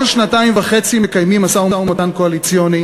כל שנתיים וחצי מקיימים משא-ומתן קואליציוני